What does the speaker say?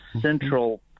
central